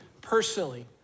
personally